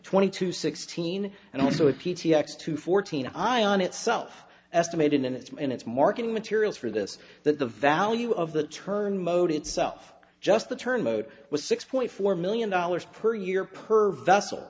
twenty two sixteen and also with p t x two fourteen i on itself estimated in its minutes marking materials for this that the value of the turn mode itself just the turn mode was six point four million dollars per year per vessel